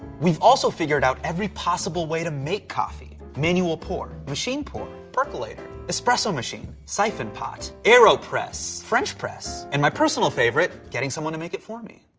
we've also figured out every possible way to make coffee. manual pour. machine pour. percolator. espresso machine. siphon pot. aeropress. french press. and my personal favorite getting someone to make it for me.